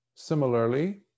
Similarly